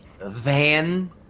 Van